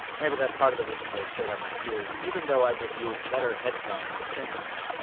maybe that's part of the reason they've stayed on my ears even though i've reviewed better headphones since then.